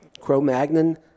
Cro-Magnon